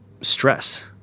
stress